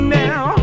now